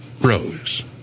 Rose